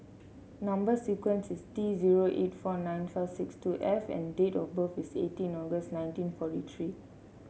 number sequence is T zero eight four nine five six two F and date of birth is eighteen August nineteen forty three